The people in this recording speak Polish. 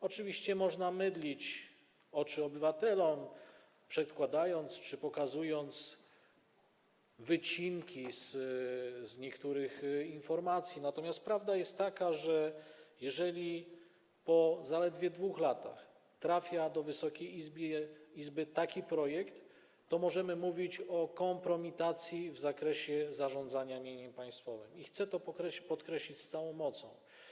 Oczywiście można mydlić oczy obywatelom, pokazując wycinki niektórych informacji, natomiast prawda jest taka, że jeżeli po zaledwie 2 latach trafia do Wysokiej Izby taki projekt, to możemy mówić o kompromitacji w zakresie zarządzania mieniem państwowym, co chcę podkreślić z całą mocą.